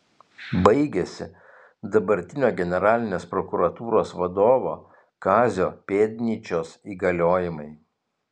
baigiasi dabartinio generalinės prokuratūros vadovo kazio pėdnyčios įgaliojimai